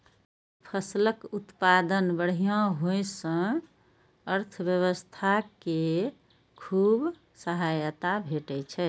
फसलक उत्पादन बढ़िया होइ सं अर्थव्यवस्था कें खूब सहायता भेटै छै